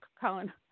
Colin